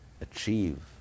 achieve